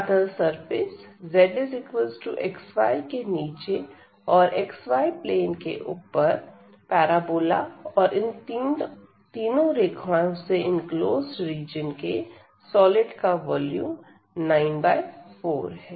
अतः surface zxy के नीचे और xy प्लेन के ऊपर पैराबोला और इन तीन रेखाओं से इनक्लोज्ड रीजन के सॉलिड का वॉल्यूम 94 है